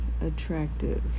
attractive